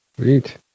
Great